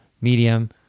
medium